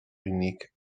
unig